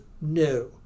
no